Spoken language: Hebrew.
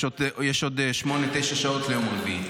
יש עוד שמונה, תשע שעות עד יום רביעי.